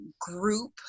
group